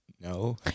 No